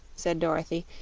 said dorothy,